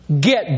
get